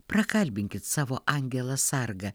prakalbinkit savo angelą sargą